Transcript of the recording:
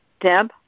Deb